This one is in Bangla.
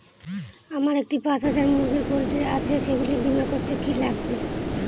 আমার একটি পাঁচ হাজার মুরগির পোলট্রি আছে সেগুলি বীমা করতে কি লাগবে?